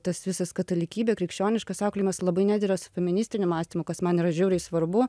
tas visas katalikybė krikščioniškas auklėjimas labai nedera su feministiniu mąstymu kas man yra žiauriai svarbu